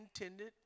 intended